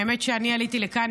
האמת שעליתי לכאן,